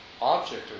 object